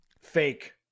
fake